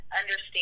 understand